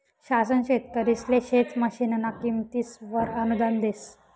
शासन शेतकरिसले शेत मशीनना किमतीसवर अनुदान देस